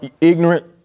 ignorant